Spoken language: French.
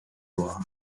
loire